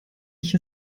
ich